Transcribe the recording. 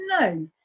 no